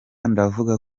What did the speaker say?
ndavuga